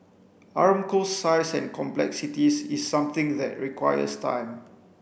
Aramco's size and complexities is something that requires time